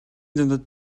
дундад